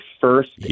first